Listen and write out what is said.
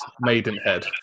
maidenhead